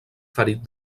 ferit